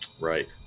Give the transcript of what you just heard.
right